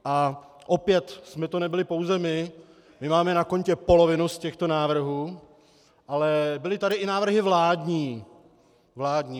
A opět jsme to nebyli pouze my, my máme na kontě polovinu z těchto návrhů, ale byly tady i návrhy vládní.